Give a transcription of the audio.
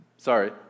Sorry